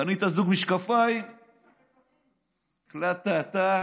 קנית זוג משקפיים והחלטת שאתה